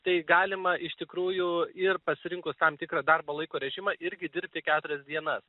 tai galima iš tikrųjų ir pasirinkus tam tikrą darbo laiko režimą irgi dirbti keturias dienas